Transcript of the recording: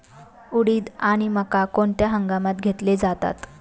उडीद आणि मका कोणत्या हंगामात घेतले जातात?